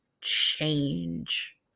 change